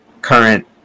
current